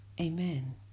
Amen